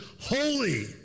holy